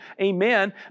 amen